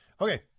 Okay